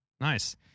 Nice